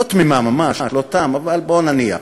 לא תמימה ממש, לא תם, אבל בוא נניח: